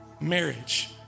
marriage